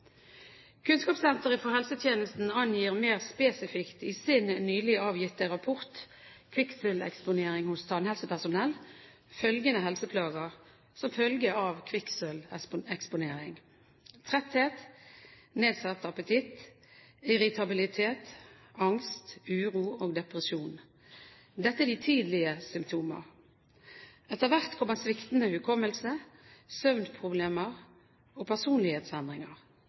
kunnskapssenter for helsetjenesten angir mer spesifikt i sin nylig avgitte rapport «Kvikksølveksponering hos tannhelsepersonell» følgende helseplager som følge av kvikksølveksponering: tretthet, nedsatt appetitt, irritabilitet, angst, uro og depresjon. Dette er de tidlige symptomer. Etter hvert får man sviktende hukommelse, søvnproblemer og personlighetsendringer.